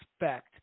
expect